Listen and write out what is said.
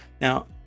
Now